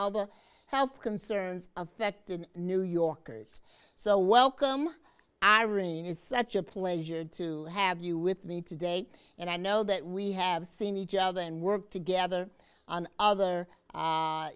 all the health concerns affected new yorkers so welcome irene is such a pleasure to have you with me today and i know that we have seen each other and work together on other